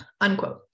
unquote